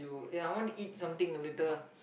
ya I want to eat something later